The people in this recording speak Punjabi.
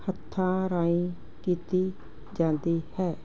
ਹੱਥਾਂ ਰਾਹੀਂ ਕੀਤੀ ਜਾਂਦੀ ਹੈ